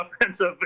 offensive –